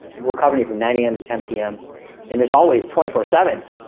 we're coming you from nine am to ten pm and there's always twenty four seven.